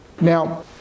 Now